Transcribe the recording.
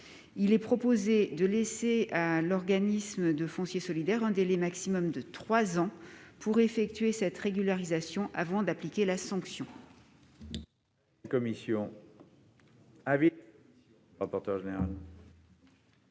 Il est proposé de laisser à l'organisme de foncier solidaire un délai maximum de deux ans pour effectuer cette régularisation avant d'appliquer la sanction.